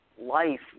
life